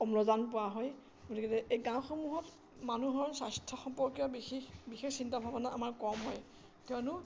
অম্লজান পোৱা হয় গতিকে এই গাঁওসমূহত মানুহৰ স্বাস্থ্য সম্পৰ্কীয় বিশেষ বিশেষ চিন্তা ভাৱনা আমাৰ কম হয় কিয়নো